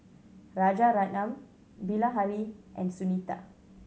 Rajaratnam Bilahari and Sunita